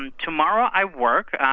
and tomorrow i work.